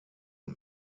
uns